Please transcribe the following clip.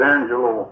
Angelo